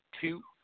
two